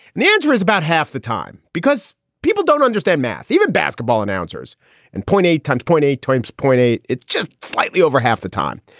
and the answer is about half the time, because people don't understand math. even basketball announcers and point eight, ten point eight times point eight. it's just slightly over half the time.